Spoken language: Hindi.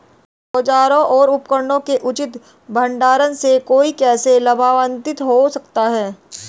औजारों और उपकरणों के उचित भंडारण से कोई कैसे लाभान्वित हो सकता है?